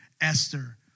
Esther